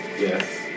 Yes